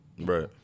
Right